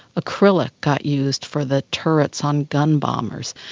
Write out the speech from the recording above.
acrylic got used for the turrets on gun bombers,